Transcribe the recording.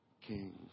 King